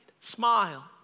Smile